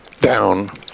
Down